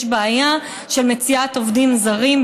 יש בעיה של מציאת עובדים זרים,